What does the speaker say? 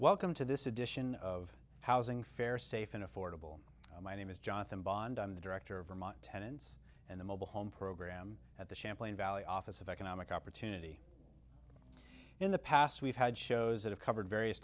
welcome to this edition of housing fair safe and affordable my name is jonathan bond i'm the director of vermont tenants and the mobile home program at the champlain valley office of economic opportunity in the past we've had shows that have covered various